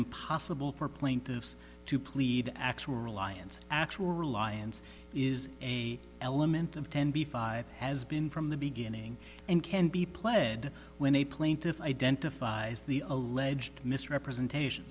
impossible for plaintiffs to plead actual reliance actual reliance is a element of ten b five has been from the beginning and can be pled when a plaintiff identifies the alleged misrepresentation